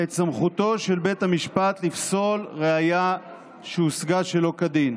את סמכותו של בית המשפט לפסול ראיה שהושגה שלא כדין.